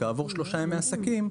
כעבור 3 ימי עסקים,